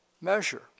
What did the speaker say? measure